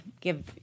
give